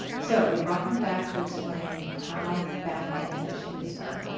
so we brought him back to explain how backend fishing is done.